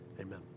amen